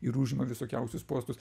ir užima visokiausius postus